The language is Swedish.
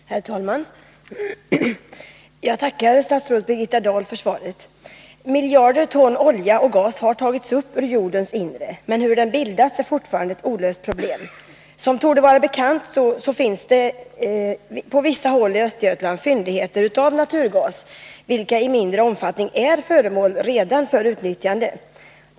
Herr talman! Jag tackar statsrådet Birgitta Dahl för svaret. Miljarder ton olja och gas har tagits upp ur jordens inre. Men hur den bildats är fortfarande ett olöst problem. Som torde vara bekant finns det på vissa håll i Östergötland fyndigheter av naturgas, vilka i mindre omfattning redan är föremål för utnyttjande.